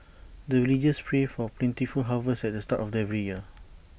the villagers pray for plentiful harvest at the start of every year